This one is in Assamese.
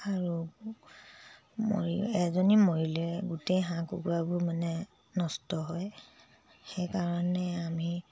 আৰু মৰি এজনী মৰিলে গোটেই হাঁহ কুকুৰাবোৰ মানে নষ্ট হয় সেইকাৰণে আমি